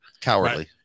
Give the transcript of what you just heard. Cowardly